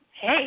hey